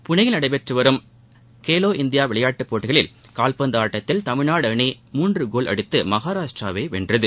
புனேயில் நடைபெற்று வரும் கேலோ இண்டியா விளையாட்டுப் போட்டிகளின் கால்பந்து ஆட்டத்தில் தமிழ்நாடு அணி மூன்று கோல் அடித்து மகாராஷ்டிராவை வென்றது